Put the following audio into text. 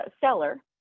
seller